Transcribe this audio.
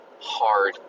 hard